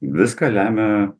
viską lemia